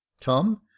Tom